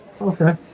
Okay